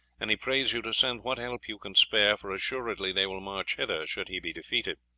and he prays you to send what help you can spare, for assuredly they will march hither should he be defeated.